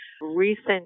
Recent